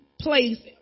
place